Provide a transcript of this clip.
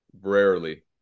Rarely